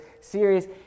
series